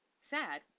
sad